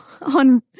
on